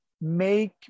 make